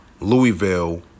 Louisville